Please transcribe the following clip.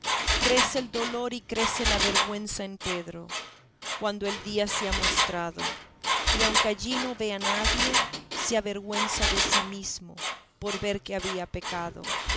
crece el dolor y crece la vergüenza en pedro cuando el día se ha mostrado y aunque allí no ve a nadie se avergüenza de sí mesmo por ver que había pecado